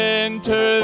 enter